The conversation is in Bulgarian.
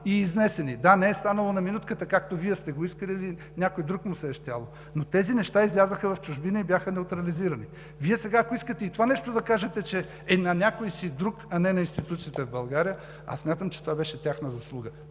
и изнесени. Да, не е станало на минутката, както Вие сте го искали или на някой друг му се е щяло. Тези неща излязоха в чужбина и бяха неутрализирани. Вие сега, ако искате, и това нещо да кажете – че е на някой си друг, а не на институциите в България?! Смятам, че това беше тяхна заслуга.